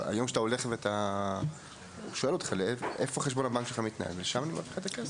היום שואלים אותך היכן מתנהל חשבון הבנק שלך ולשם מעבירים לך את הכסף.